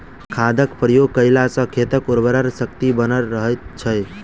खादक प्रयोग कयला सॅ खेतक उर्वरा शक्ति बनल रहैत छै